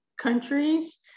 countries